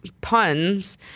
Puns